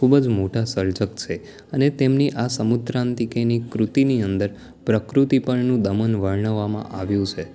ખૂબ જ મોટા સર્જક છે અને તેમની આ સમુદ્રાન્તિકે કૃતિની અંદર પ્રકૃતિ પરનું દમન વર્ણવવામાં આવ્યું છે